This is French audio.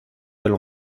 elle